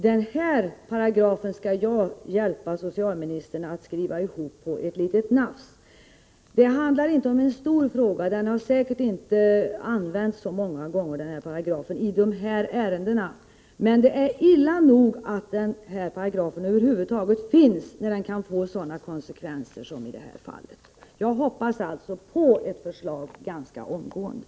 Den här paragrafen skall jag hjälpa socialministern att skriva ihop, det kan vi göra på ett litet nafs. Här rör det sig inte om någon stor fråga. Paragrafen har säkert inte använts så många gånger när det gäller de ifrågavarande ärendena. Men det är illa nog att paragrafen över huvud taget finns, eftersom det kan bli sådana här konsekvenser. Jag hoppas därför att det kommer ett förslag ganska snart.